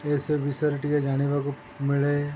ଏସବୁ ବିଷୟରେ ଟିକେ ଜାଣିବାକୁ ମିଳେ